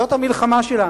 זאת המלחמה שלנו.